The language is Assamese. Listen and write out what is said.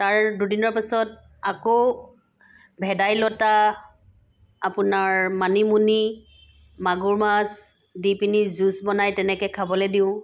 তাৰ দুদিনৰ পাছত আকৌ ভেদাইলতা আপোনাৰ মানিমুনি মাগুৰ মাছ দি পিনি জুছ বনাই তেনেকৈ খাবলৈ দিওঁ